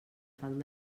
fang